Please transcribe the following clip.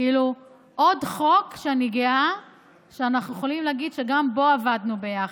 עוד חוק שאני גאה שאנחנו יכולים להגיד שגם בו עבדנו ביחד,